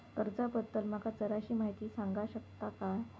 कर्जा बद्दल माका जराशी माहिती सांगा शकता काय?